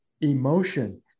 emotion